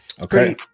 Okay